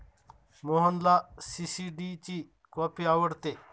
मोहनला सी.सी.डी ची कॉफी आवडते